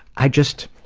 i just,